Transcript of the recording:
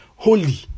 holy